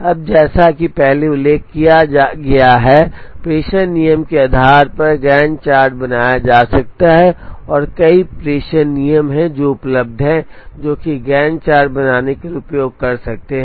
अब जैसा कि पहले उल्लेख किया गया है प्रेषण नियम के आधार पर गैंट चार्ट बनाया जा सकता है और कई प्रेषण नियम हैं जो उपलब्ध हैं जो कि गैंट चार्ट बनाने के लिए उपयोग कर सकते हैं